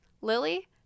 Lily